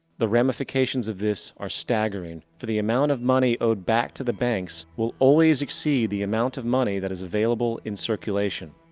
the ramifications of this are staggering. for the amount of money owed back to the banks will always exceed the amount of money that is available in circulation.